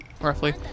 roughly